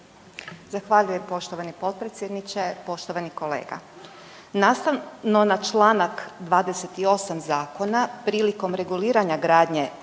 Zahvaljujem poštovani potpredsjedniče, poštovani kolega. Nastavno na čl. 28 Zakona, prilikom reguliranja gradnje